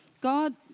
God